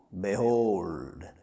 Behold